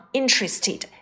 interested